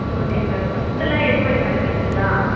ம் okay madam ஃபுட்டெல்லாம் எதுமாதிரி மேடம் எடுத்துக்கலாம்